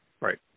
Right